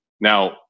Now